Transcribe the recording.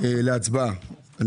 אני